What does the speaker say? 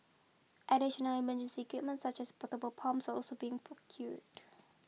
additional emergency equipment such as portable pumps are also being procured